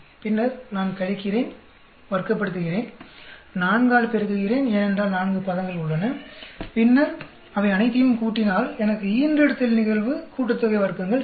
பின்னர் நான் கழிக்கிறேன் வர்க்கப்படுத்துகிறேன் 4 ஆல் பெருக்குகிறேன் ஏனென்றால் நான்கு பதங்கள் உள்ளன பின்னர் அவை அனைத்தையும் கூட்டினால் எனக்கு ஈன்றெடுத்தல் நிகழ்வு கூட்டுத்தொகை வர்க்கங்கள் கிடைக்கும்